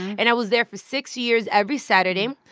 and i was there for six years every saturday.